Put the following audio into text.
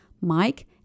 mike